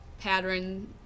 pattern